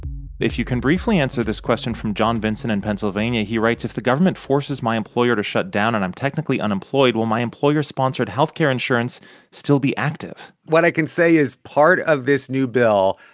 if you can briefly answer this question from john vincent in pennsylvania, he writes, if the government forces my employer to shut down and i'm technically unemployed, will my employer-sponsored health care insurance still be active? what i can say is part of this new bill,